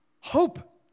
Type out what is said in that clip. hope